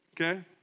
Okay